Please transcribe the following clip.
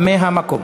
הנמקה מהמקום.